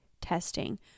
testing